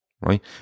Right